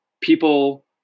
People